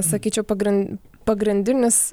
sakyčiau pagrin pagrindinis